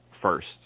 first